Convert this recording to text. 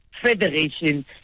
federation